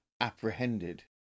apprehended